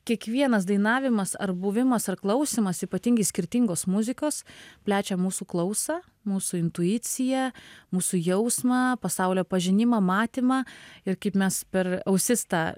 kiekvienas dainavimas ar buvimas ar klausymas ypatingai skirtingos muzikos plečia mūsų klausą mūsų intuiciją mūsų jausmą pasaulio pažinimą matymą ir kaip mes per ausis tą